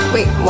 Wait